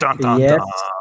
yes